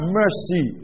mercy